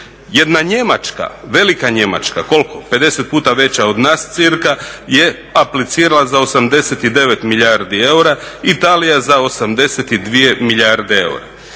Jedna Njemačka, velika Njemačka koliko 50 puta veća od nas cirka je aplicirala za 89 milijardi eura, Italija za 82 milijarde eura.